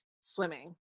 Swimming